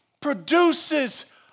produces